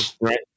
Right